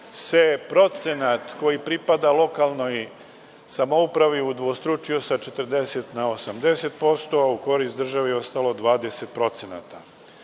se procenat koji pripada lokalnoj samoupravi udvostručio sa 40% na 80%, u korist države je ostalo